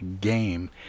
Game